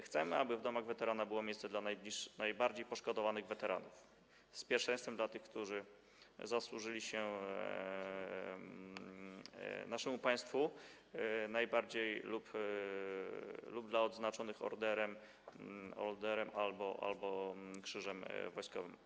Chcemy, aby w domach weterana było miejsce dla najbardziej poszkodowanych weteranów, z pierwszeństwem dla tych, którzy zasłużyli się naszemu państwu najbardziej, lub dla tych odznaczonych orderem albo krzyżem wojskowym.